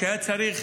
שהיה צריך